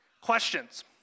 Questions